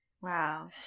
Wow